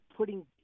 Putting